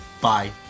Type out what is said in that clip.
Bye